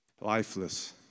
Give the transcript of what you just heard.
lifeless